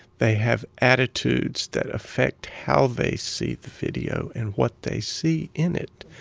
they have attitudes that affect how they see the video and what they see in it.